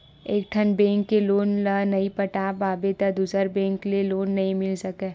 एकठन बेंक के लोन ल नइ पटा पाबे त दूसर बेंक ले लोन नइ मिल सकय